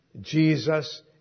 Jesus